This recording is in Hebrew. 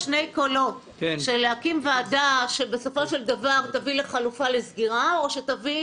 של להקים ועדה שבסופו של דבר תביא לחלופה לסגירה או שתביא